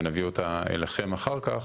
ונביא אותה אליכם אחר כך.